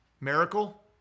Miracle